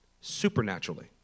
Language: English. supernaturally